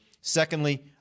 secondly